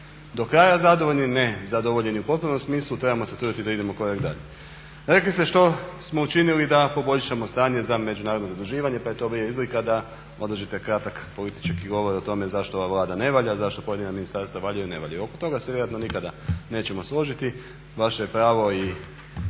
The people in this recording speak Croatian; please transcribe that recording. do kraja zadovoljni, ne zadovoljeni u potpunom smislu. Trebamo se truditi da idemo korak dalje. Rekli ste što smo učinili da poboljšamo stanje za međunarodno zaduživanje pa je to bila izlika da održite kratak politički govor o tome zašto ova Vlada ne valja, zašto pojedina ministarstva valjaju ili ne valjaju. Oko toga se vjerojatno nikada nećemo složiti. Vaše je pravo i